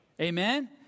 Amen